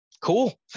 cool